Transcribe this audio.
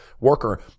worker